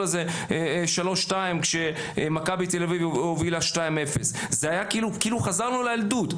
של 3 2 לאחר שמכבי תל אביב הובילה 2 0. זה היה כאילו חזרנו לילדות.